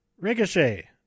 ricochet